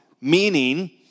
Meaning